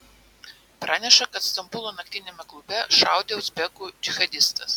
praneša kad stambulo naktiniame klube šaudė uzbekų džihadistas